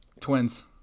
Twins